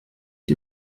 die